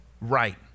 right